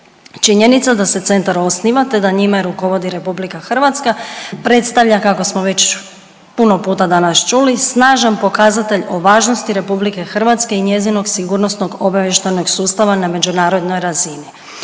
Činjenica da se centar osniva te da njime rukovodi RH predstavlja, kako smo već puno puta danas čuli, snažan pokazatelj o važnosti RH i njezinog sigurnosno-obavještajnog sustava na međunarodnoj razini.